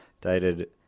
dated